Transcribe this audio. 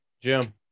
Jim